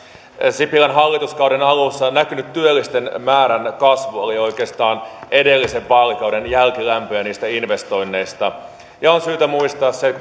sipilän hallituskauden alussa näkynyt työllisten määrän kasvu oli oikeastaan edellisen vaalikauden jälkilämpöä niistä investoinneista ja on syytä muistaa se kun